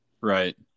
Right